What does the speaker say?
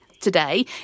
today